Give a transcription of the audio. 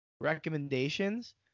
recommendations